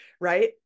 right